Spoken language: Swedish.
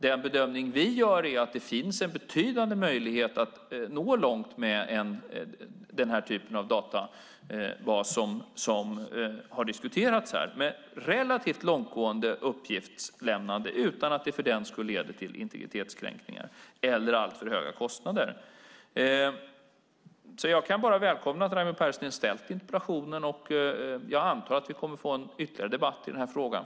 Den bedömning som vi gör är att det finns en betydande möjlighet att nå långt med denna typ av databas som har diskuterats här med relativt långtgående uppgiftslämnande utan att det för den skull leder till integritetskränkningar eller alltför höga kostnader. Jag kan därför bara välkomna att Raimo Pärssinen har ställt interpellationen, och jag antar att vi kommer att få en ytterligare debatt i denna fråga.